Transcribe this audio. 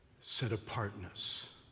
set-apartness